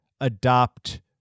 adopt